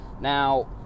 Now